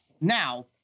Now